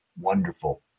wonderful